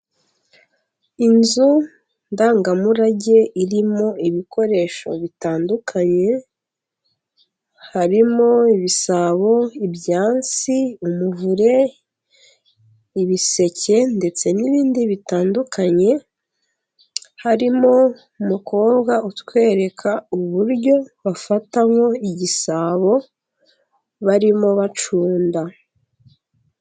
Inzu ndangamurage irimo ibikoresho bitandukanye harimo: ibisabo, ibyansi, umuvure, ibiseke, ndetse n'ibindi bitandukanye. Harimo umukobwa utwereka uburyo bafatamo igisabo barimo bacunda.